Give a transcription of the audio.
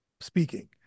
speaking